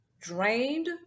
drained